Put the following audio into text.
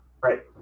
Right